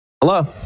hello